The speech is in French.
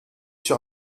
sur